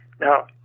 Now